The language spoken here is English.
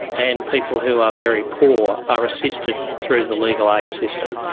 and people who are very poor are assisted through the legal aid system.